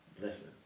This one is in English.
Listen